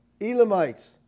Elamites